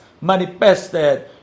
manifested